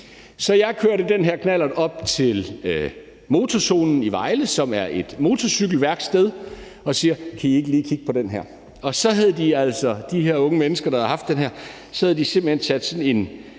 Så jeg kørte den her knallert op til MotorZonen i Vejle, som er et motorcykelværksted, og siger: Kan I ikke lige kigge på den her? Og så havde de her unge mennesker, der havde haft den her, simpelt hen sat sådan en,